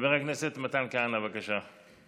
חבר הכנסת מתן כהנא, בבקשה.